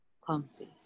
clumsy